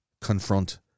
confront